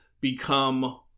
become